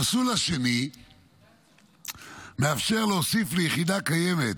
המסלול השני מאפשר להוסיף ליחידה קיימת